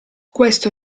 questo